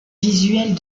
visuelles